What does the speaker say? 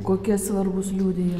kokie svarbūs liudijimai